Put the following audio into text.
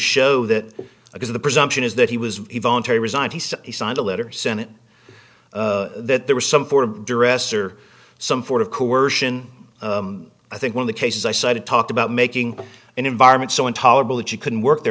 show that because the presumption is that he was voluntary resign he said he signed a letter senate that there was some form of duress or some form of coercion i think one of the cases i cited talked about making an environment so intolerable that you couldn't work there